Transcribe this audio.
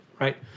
right